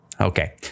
Okay